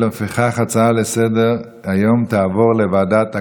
ולפיכך ההצעה לסדר-היום תעבור לדיון בוועדת הכלכלה.